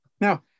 Now